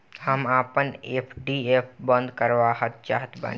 हम आपन एफ.डी बंद करना चाहत बानी